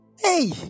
Hey